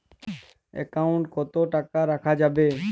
Account কত টাকা রাখা যাবে?